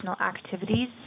ACTIVITIES